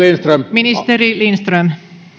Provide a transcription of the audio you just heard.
ministeri lindström